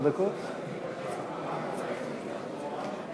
חבר הכנסת ברכה, בבקשה.